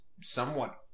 somewhat